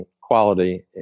quality